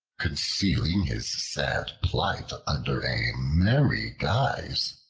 concealing his sad plight under a merry guise,